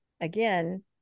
again